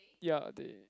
ya a day